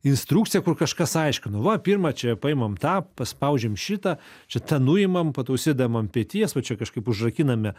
instrukcija kur kažkas aiškino va pirma čia paimam tą paspaudžiam šitą čia tą nuimam po to užsidėdam ant peties va čia kažkaip užrakiname